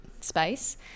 space